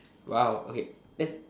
!wow! okay that's